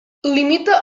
limita